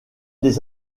des